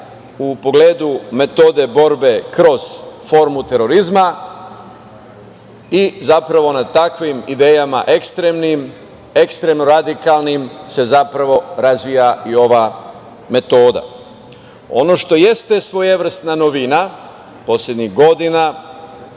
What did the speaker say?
u pogledu metode borbe kroz formu terorizma i na takvim idejama ekstremno radikalnim se razvija i ova metoda. Ono što jeste svojevrsna novina poslednjih godina,